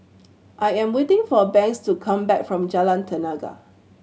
I am waiting for Banks to come back from Jalan Tenaga